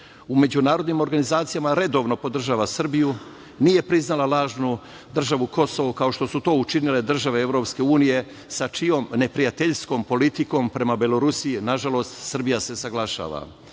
U međunarodnim organizacija redovno podržava Srbiju, nije priznala lažnu državu Kosovo, kao što su to učinile države EU sa čijom neprijateljskom politikom prema Belorusiji Srbija se saglašava. Nedavno